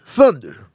Thunder